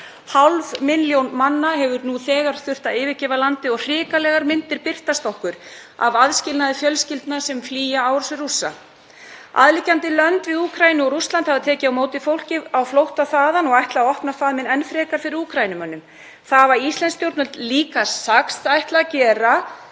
Hálf milljón manna hefur nú þegar þurft að yfirgefa landið og hrikalegar myndir birtast okkur af aðskilnaði fjölskyldna sem flýja árásir Rússa. Aðliggjandi lönd við Úkraínu og Rússland hafa tekið á móti fólki á flótta þaðan og ætla að opna faðminn enn frekar fyrir Úkraínumönnum. Það hafa íslensk stjórnvöld líka sagst ætla að gera